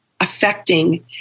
affecting